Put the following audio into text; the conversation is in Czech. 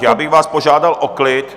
Já bych vás požádal o klid.